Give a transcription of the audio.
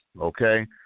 Okay